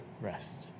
rest